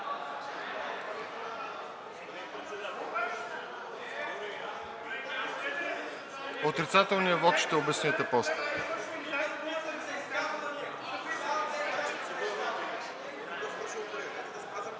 Отрицателният вот ще обясните после.